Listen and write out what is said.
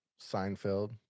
Seinfeld